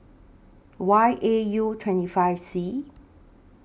Y A U twenty five C